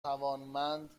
توانمند